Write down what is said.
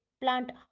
plant